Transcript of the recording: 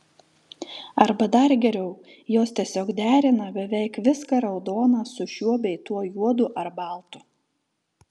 arba dar geriau jos tiesiog derina beveik viską raudoną su šiuo bei tuo juodu ar baltu